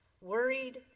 worried